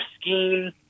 scheme